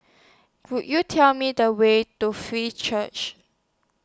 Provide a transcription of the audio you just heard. Could YOU Tell Me The Way to Free Church